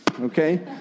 Okay